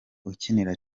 ukinira